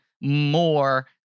more